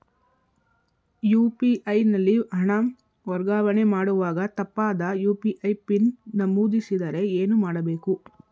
UPI ನಲ್ಲಿ ಹಣ ವರ್ಗಾವಣೆ ಮಾಡುವಾಗ ತಪ್ಪಾದ ಯು.ಪಿ.ಐ ಪಿನ್ ನಮೂದಿಸಿದರೆ ಏನು ಮಾಡಬೇಕು?